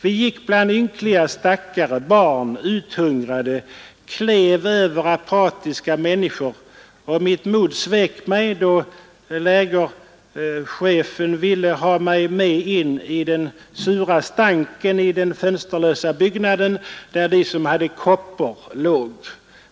Vi gick bland ynkliga stackare, barn, uthungrade, klev över apatiska människor, och mitt mod svek mig, då han” — lägerchefen — ”ville ha mig med in in den sura stanken i den fönsterlösa byggnaden, där de som hade koppor låg.